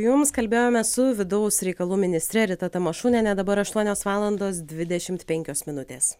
jums kalbėjome su vidaus reikalų ministre rita tamašunienė dabar aštuonios valandos dvidešimt penkios minutės